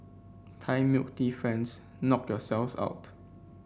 Thai milk tea fans knock yourselves out